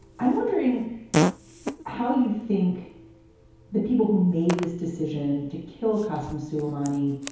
i'm wondering how you think the people who made this decision to kill kassams suleimani